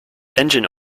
engine